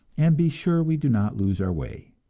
and be sure we do not lose our way!